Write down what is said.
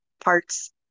parts